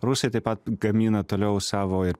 rusai taip pat gamina toliau savo ir